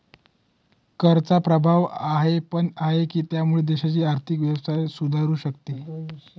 कराचा प्रभाव हा पण आहे, की त्यामुळे देशाची आर्थिक व्यवस्था सुधारू शकते